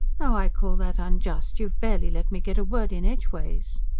now i call that unjust. you've barely let me get a word in edgeways.